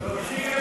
להוציא,